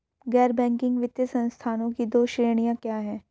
गैर बैंकिंग वित्तीय संस्थानों की दो श्रेणियाँ क्या हैं?